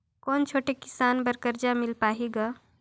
कौन छोटे किसान बर कर्जा मिल पाही ग?